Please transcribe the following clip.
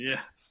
Yes